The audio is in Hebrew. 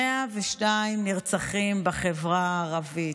102 נרצחים בחברה הערבית.